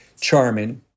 charming